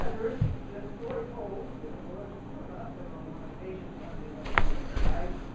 ah there is a story told, we don't know whether it's true or not, that on one occasion calamity went swimming with the guys.